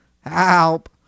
help